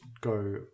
go